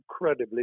incredibly